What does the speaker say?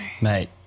Mate